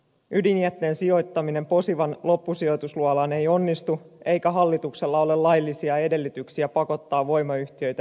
ydinjätteen sijoittaminen posivan loppusijoitusluolaan ei onnistu eikä hallituksella ole laillisia edellytyksiä pakottaa voimayhtiöitä yhteistyöhön